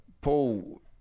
Paul